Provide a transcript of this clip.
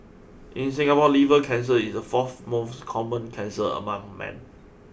in Singapore liver cancer is the fourth most common cancer among men